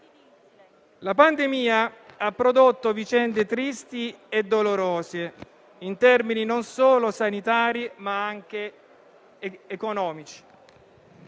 La pandemia ha prodotto vicende tristi e dolorose in termini non solo sanitari, ma anche economici,